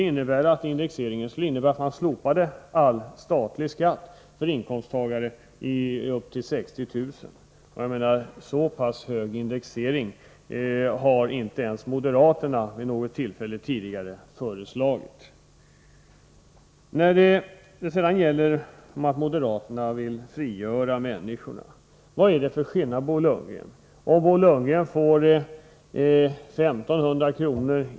Indexeringen skulle innebära att man slopade all statlig skatt för inkomsttagare upp till 60 000 kr. Så pass hög indexering har inte ens moderaterna föreslagit förut. Beträffande att moderaterna vill frigöra människor: Jag vill fråga vad det är för skillnad om Bo Lundgren får 1 500 kr.